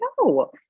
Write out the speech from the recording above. no